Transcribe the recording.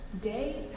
day